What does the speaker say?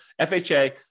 FHA